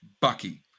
bucky